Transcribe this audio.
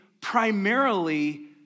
primarily